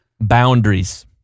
Boundaries